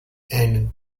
and